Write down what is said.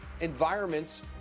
environments